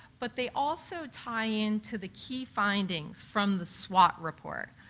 but they also tie in to the key findings from the swot report.